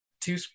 two